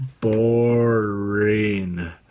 boring